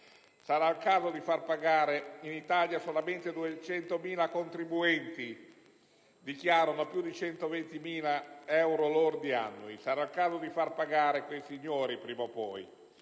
Sarà il caso di far pagare in Italia solamente i 200.000 contribuenti che dichiarano più di 120.000 euro lordi annui; sarà il caso di far pagare quei signori prima o poi.